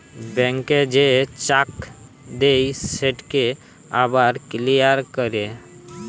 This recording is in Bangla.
ব্যাংকে যে চ্যাক দেই সেটকে আবার কিলিয়ার ক্যরে